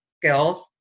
skills